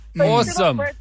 Awesome